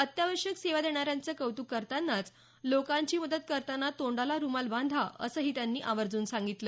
अत्यावश्याक सेवा देण्याऱ्यांचं कौतुक करतानाच लोकांची मदत करतांना तोंडाला रुमाल बांधा असंही त्यांनी आर्वजून सांगितलं